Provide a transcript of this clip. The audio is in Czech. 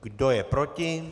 Kdo je proti?